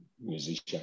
musician